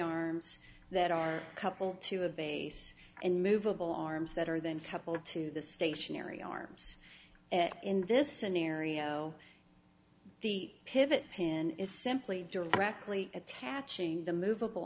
arms that are couple to abase and movable arms that are then couple of to the stationary arms in this scenario the pivot pin is simply directly attaching the movable